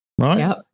Right